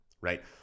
right